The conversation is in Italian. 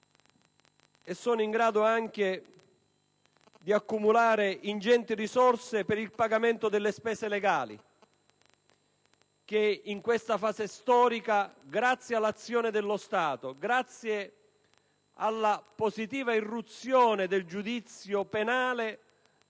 sono in grado anche di accumulare ingenti risorse per il pagamento delle spese legali, che in questa fase storica, grazie all'azione dello Stato, grazie alla positiva irruzione del giudizio penale